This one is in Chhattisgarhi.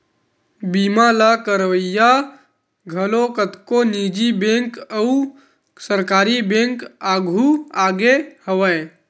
बीमा ल करवइया घलो कतको निजी बेंक अउ सरकारी बेंक आघु आगे हवय